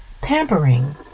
Pampering